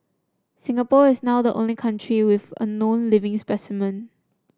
Singapore is now the only country with a known living specimen